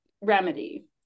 remedy